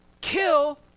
kill